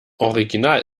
original